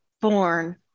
Born